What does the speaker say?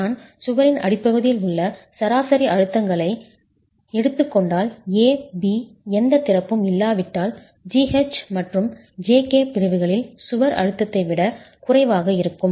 நான் சுவரின் அடிப்பகுதியில் உள்ள சராசரி அழுத்தங்களை எடுத்துக் கொண்டால் A B எந்த திறப்பும் இல்லாவிட்டால் GH மற்றும் JK பிரிவுகளில் சுவர் அழுத்தத்தை விட குறைவாக இருக்கும்